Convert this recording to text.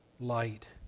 light